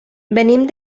venim